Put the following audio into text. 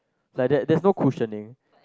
like that there's no cushioning